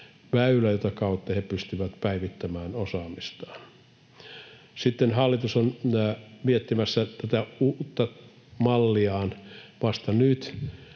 jota kautta he pystyvät päivittämään osaamistaan. Sitten hallitus on miettimässä tätä uutta malliaan vasta nyt